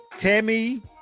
Tammy